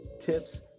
tips